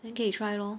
then 可以 try lor